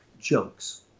jokes